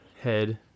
head